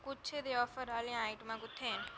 गुच्छें दे आफर आह्लियां आइटमां कुत्थें